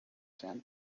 sand